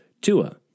Tua